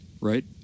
right